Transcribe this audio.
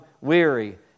weary